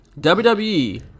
WWE